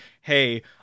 hey